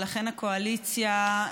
ולכן הקואליציה,